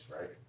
right